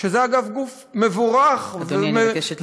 שזה, אגב, גוף מבורך, אדוני, אני מבקשת לסיים.